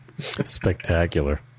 spectacular